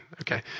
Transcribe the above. Okay